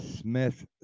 Smith